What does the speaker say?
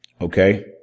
Okay